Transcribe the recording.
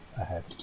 ahead